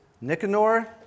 Nicanor